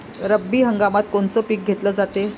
रब्बी हंगामात कोनचं पिक घेतलं जाते?